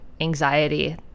anxiety